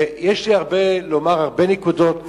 יש לי לומר הרבה נקודות,